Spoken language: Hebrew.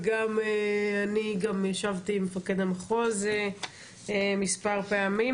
וגם אני גם ישבתי עם מפקד המחוז מספר פעמים,